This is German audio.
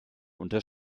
unter